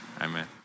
Amen